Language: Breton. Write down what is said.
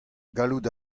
gallout